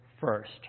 first